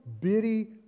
bitty